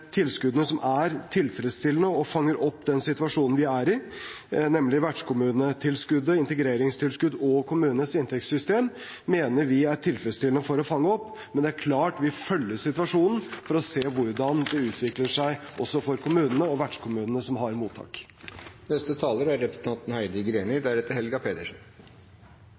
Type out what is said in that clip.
tilskuddene som er, tilfredsstillende og fanger opp den situasjonen vi er i, nemlig vertskommunetilskuddet og integreringstilskuddet og kommunenes inntektssystem. Vi mener disse tilskuddene er tilfredsstillende for å fange opp, men det er klart at vi følger opp situasjonen for å se hvordan det utvikler seg også for kommunene og vertskommunene som har mottak.